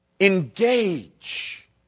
engage